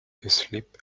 asleep